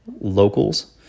locals